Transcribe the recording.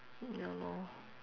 ya lor